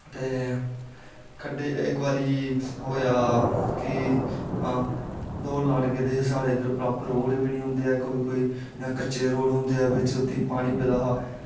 ते इक बारी होया कि दौड़ लान गेदे हे इक बारी साढ़ै इद्दर प्रापररोड़ बी नी होंदे हैन कोई कोई कच्चे रोड़ होंदे ऐ बिच्च ओह्दे पानी पेदा हा